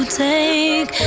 take